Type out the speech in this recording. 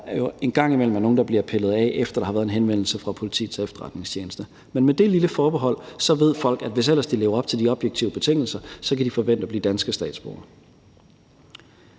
at der jo en gang imellem er nogle, der bliver pillet af, efter der har været en henvendelse fra Politiets Efterretningstjeneste. Men med det lille forbehold ved folk, at hvis ellers de lever op til de objektive betingelser, så kan de forvente at blive danske statsborgere.